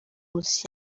muziki